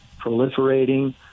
proliferating